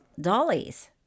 dollies